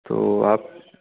तो आप